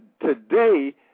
today